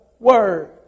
Word